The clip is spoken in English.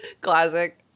Classic